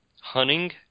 hunting